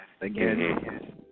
again